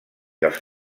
els